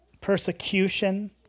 persecution